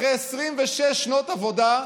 אחרי 26 שנות עבודה,